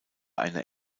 eine